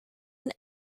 and